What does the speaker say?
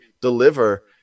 deliver